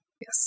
Yes